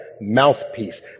mouthpiece